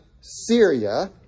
Syria